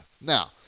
Now